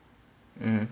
mm